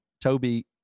Toby